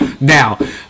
Now